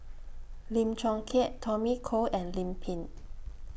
Lim Chong Keat Tommy Koh and Lim Pin